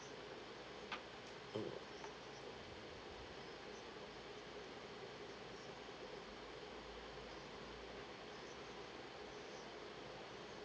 mm